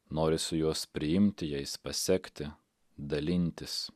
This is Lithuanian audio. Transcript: norisi juos priimti jais pasekti dalintis